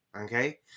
Okay